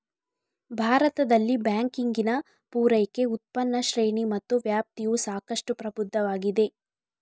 ಭಾರತದಲ್ಲಿ ಬ್ಯಾಂಕಿಂಗಿನ ಪೂರೈಕೆ, ಉತ್ಪನ್ನ ಶ್ರೇಣಿ ಮತ್ತು ವ್ಯಾಪ್ತಿಯು ಸಾಕಷ್ಟು ಪ್ರಬುದ್ಧವಾಗಿದೆ